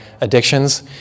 addictions